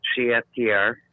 CFTR